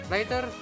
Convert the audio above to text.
Later